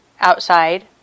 outside